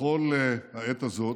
בכל העת הזאת,